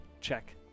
check